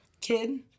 kid